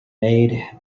made